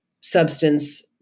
substance